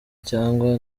cyangwa